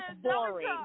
boring